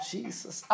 Jesus